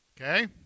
Okay